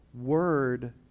word